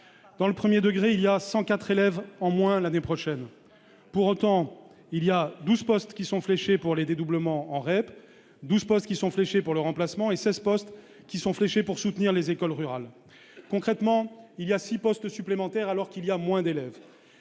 dans le 1er degré, il y a 104 élèves en moins l'année prochaine pour autant, il y a 12 postes qui sont fléchés pour les dédoublements en REP 12 postes qui sont fléchés pour le remplacement et 16 postes qui sont fléchés pour soutenir les écoles rurales, concrètement, il y a 6 postes supplémentaires alors qu'il y a moins d'élèves,